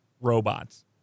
robots